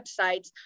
websites